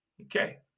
Okay